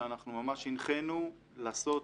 שאנחנו ממש הנחינו לעשות